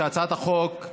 שהצעת החוק,